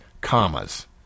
commas